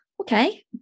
okay